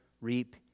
reap